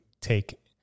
take